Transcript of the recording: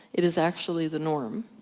it is actually the norm.